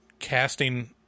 casting